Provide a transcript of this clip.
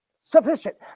sufficient